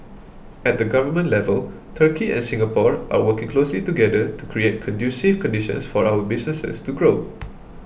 at the government level Turkey and Singapore are working closely together to create conducive conditions for our businesses to grow